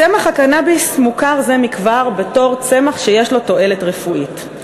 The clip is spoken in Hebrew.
צמח הקנאביס מוכר זה מכבר בתור צמח שיש לו תועלת רפואית.